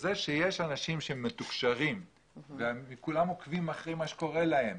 שזה שיש אנשים שמתוקשרים וכולם עוקבים אחרי מה שקורה להם,